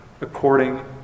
according